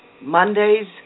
Mondays